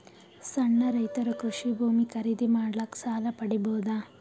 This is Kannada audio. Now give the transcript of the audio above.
ಸಣ್ಣ ರೈತರು ಕೃಷಿ ಭೂಮಿ ಖರೀದಿ ಮಾಡ್ಲಿಕ್ಕ ಸಾಲ ಪಡಿಬೋದ?